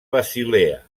basilea